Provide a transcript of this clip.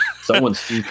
Someone's